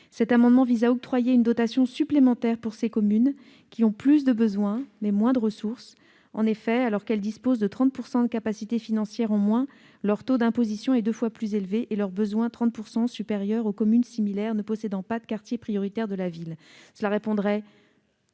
Cet amendement tend ainsi à octroyer une dotation supplémentaire à ces communes, qui ont plus de besoins mais moins de ressources. En effet, alors qu'elles disposent de 30 % de capacité financière en moins, leur taux d'imposition est deux fois supérieur et leurs besoins de 30 % supérieurs à ceux des communes similaires ne possédant pas de quartiers prioritaires de la politique de la ville. Cela répondrait